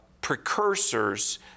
precursors